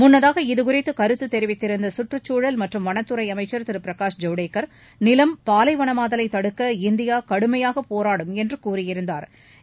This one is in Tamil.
முன்னதாக இது குறித்து கருத்து தெரிவித்திருந்த கற்றுச்சூழல் மற்றும் வனத்துறை அமைச்சர் திரு பிரகாஷ் ஜவடேகர் நிலம் பாலைவனமாதலை தடுக்க இந்தியா கடுமையாக போராடும் என்று கூறியிருந்தூர்